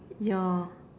your